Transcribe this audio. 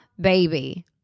baby